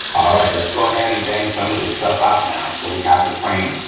all right, let's go ahead and bang some of this stuff out now. so, we have the frame.